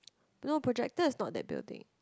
no projector is not that building